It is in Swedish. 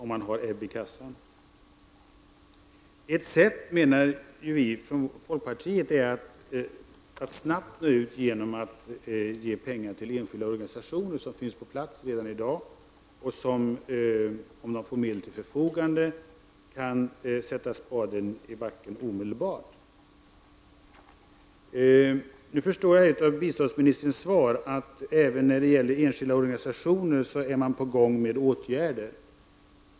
Vi i folkpartiet menar att ett sätt att snabbt nå ut är att ge pengar till enskilda organisationer, som redan i dag finns på plats. Om dessa organisationer får medel till sitt förfogande kan de omedelbart sätta spaden i jorden. Jag förstår av biståndsministerns svar att åtgärder är på gång även när det gäller enskilda organisationer.